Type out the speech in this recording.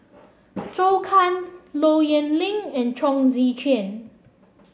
Zhou Can Low Yen Ling and Chong Tze Chien